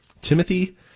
Timothy